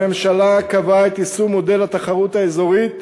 הממשלה קבעה את יישום מודל התחרות האזורית,